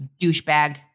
douchebag